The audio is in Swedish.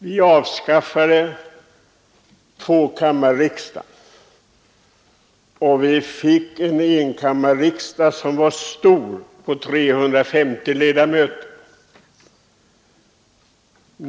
Vi avskaffade tvåkammarriksdagen och fick en enkammarriksdag på 350 ledamöter.